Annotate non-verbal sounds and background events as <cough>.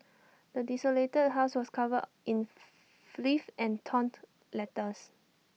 the desolated house was covered in filth and torn <noise> letters